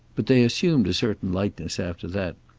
but they assumed a certain lightness after that,